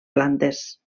plantes